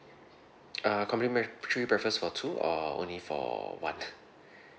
uh complimentary breakfast for two or only for one